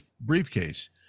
briefcase